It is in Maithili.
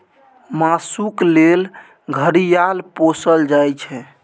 मासुक लेल घड़ियाल पोसल जाइ छै